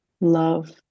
love